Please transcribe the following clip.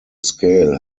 scale